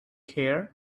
care